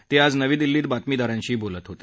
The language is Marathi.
ते आज नवी दिल्लीत बातमीदारांशी बोलत होते